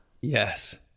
yes